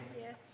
Yes